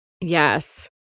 Yes